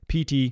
PT